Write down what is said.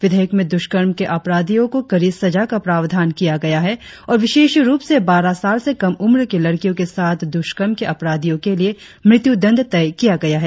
विधेयक में दुष्कर्म के अपराधियों को कड़ी सजा का प्रावधान किया गया है और विशेष रुप से बारह साल से कम उम्र की लड़कियों के साथ दुष्कर्म के अपराधियों के लिए मृत्यु दंड तय किया गया है